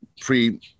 pre